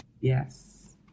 Yes